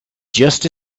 just